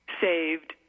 saved